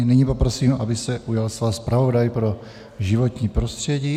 Nyní poprosím, aby se ujal slova zpravodaj pro životní prostředí.